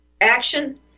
Action